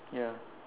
ya